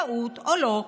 טעות או לא,